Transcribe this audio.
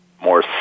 More